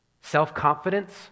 self-confidence